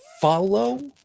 follow